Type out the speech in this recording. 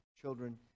children